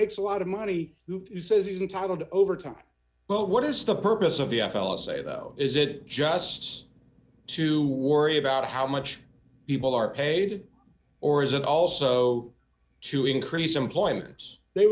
makes a lot of money who says he's entitled to overtime well what is the purpose of v f l a say though is it just to worry about how much people are paid or is it also to increase employment they